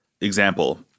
example